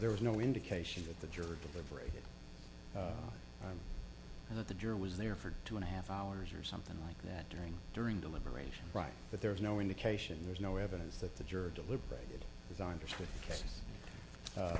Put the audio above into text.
there was no indication that the juror delivery and that the jury was there for two and a half hours or something like that during during deliberation right but there is no indication there's no evidence that the jury deliberated designed just for